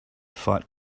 fight